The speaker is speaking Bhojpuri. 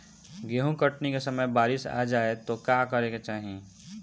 गेहुँ कटनी के समय बारीस आ जाए तो का करे के चाही?